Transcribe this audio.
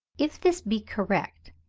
if this be correct,